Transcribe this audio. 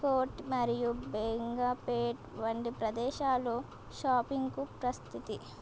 court మరియు బేగంపేట్ వంటి ప్రదేశాలు షాపింగ్కు ప్రసిద్ధి